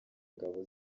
ngabo